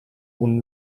und